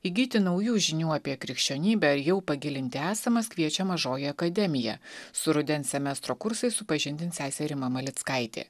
įgyti naujų žinių apie krikščionybę ir jau pagilinti esamas kviečia mažoji akademija su rudens semestro kursais supažindis sesė rima malickaitė